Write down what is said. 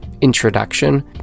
introduction